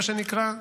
מה שנקרא,